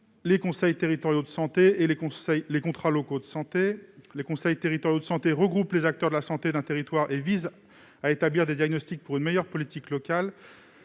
les conseils territoriaux de santé et les contrats locaux de santé. Les conseils territoriaux de santé regroupent les acteurs de la santé d'un territoire. Leur rôle est de réaliser des diagnostics afin de définir une meilleure politique locale